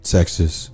Texas